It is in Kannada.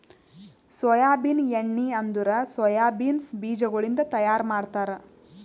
ಸೋಯಾಬೀನ್ ಎಣ್ಣಿ ಅಂದುರ್ ಸೋಯಾ ಬೀನ್ಸ್ ಬೀಜಗೊಳಿಂದ್ ತೈಯಾರ್ ಮಾಡ್ತಾರ